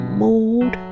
mood